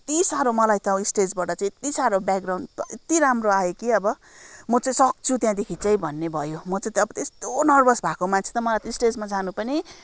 यत्ति साह्रो मलाई त स्टेजबाट चाहिँ यत्ति साह्रो ब्याकग्राउन्ड यति राम्रो आयो कि अब म चाहिँ सक्छु त्यहाँदेखि चाहिँ भन्ने भयो म चाहिँ अब त्यस्तो नर्भस भएको मान्छे त मलाई त स्टेजमा जानु पनि